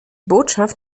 botschaft